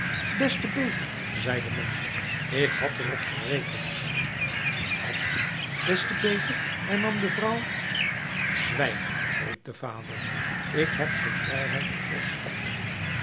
des te beter zei de man ik had er op gerekend wat des te beter hernam de vrouw zwijg riep de vader ik hef de vrijheid der pers op